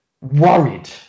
worried